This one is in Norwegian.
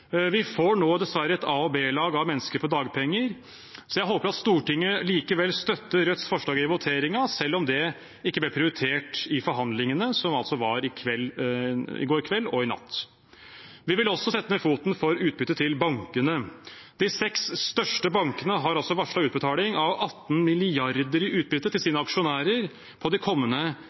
Vi får nå dessverre et a- og b-lag av mennesker på dagpenger, så jeg håper at Stortinget likevel støtter Rødts forslag i voteringen, selv om det ikke ble prioritert i forhandlingene, som altså var i går kveld og i natt. Vi vil også sette ned foten for utbytte til bankene. De seks største bankene har altså varslet utbetaling av 18 mrd. kr i utbytte til sine aksjonærer på de kommende